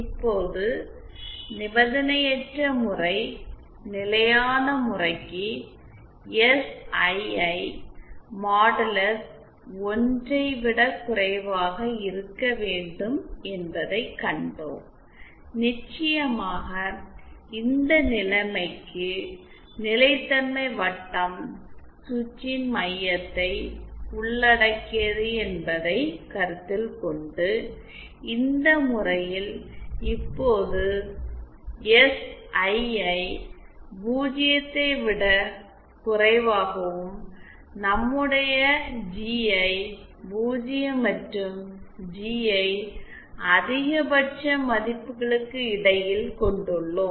இப்போது நிபந்தனையற்ற முறை நிலையான முறைக்கு எஸ்ஐஐ மாடுலஸ் 1 ஐ விடக் குறைவாக இருக்க வேண்டும் என்பதைக் கண்டோம் நிச்சயமாக இந்த நிலைமைக்கு நிலைத்தன்மை வட்டம் சுவிட்சின் மையத்தை உள்ளடக்கியது என்பதைக் கருத்தில் கொண்டு இந்த முறையில் இப்போது எஸ்ஐஐ 0 ஐ விடக் குறைவாகவும் நம்முடைய ஜிஐ 0 மற்றும் ஜிஐ அதிகபட்சம் மதிப்புகளுக்கு இடையில் இருப்பதை கொண்டுள்ளோம்